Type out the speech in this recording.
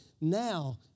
now